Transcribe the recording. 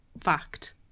Fact